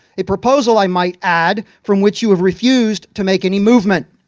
a proposal i might add from which you have refused to make any movement.